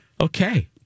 okay